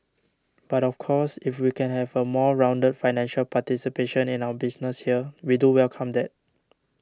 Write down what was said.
but of course if we can have a more rounded financial participation in our business here we do welcome that